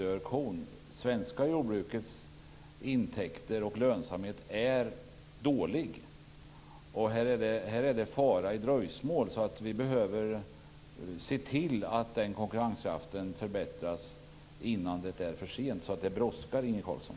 Det är dåligt ställt med det svenska jordbrukets intäkter och lönsamhet. Det är fara i dröjsmål, så vi behöver se till att konkurrenskraften förbättras innan det är för sent. Så det brådskar, Inge Carlsson!